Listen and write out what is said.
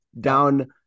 Down